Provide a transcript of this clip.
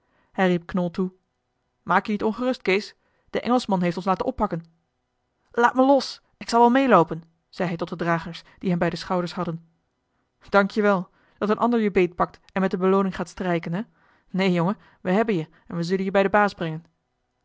toe maak je niet ongerust kees de engelschman heeft ons laten oppakken laat me los ik zal wel meeloopen zei hij tot de dragers die hem bij de schouders hadden dank je wel dat een ander je beet pakt en met de belooning gaat strijken hé neen jongen we hebben je en we zullen je bij den baas brengen